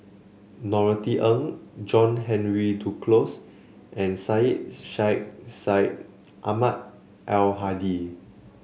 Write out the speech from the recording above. Norothy Ng John Henry Duclos and Syed Sheikh Syed Ahmad Al Hadi